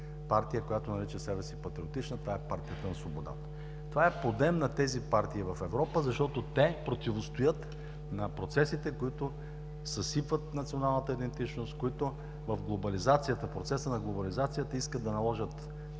която нарича себе си „патриотична“, това е Партията на свободата. Това е подем на тези партии в Европа, защото те противостоят на процесите, които съсипват националната идентичност, които в процеса на глобализацията искат да наложат